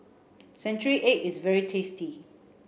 century egg is very tasty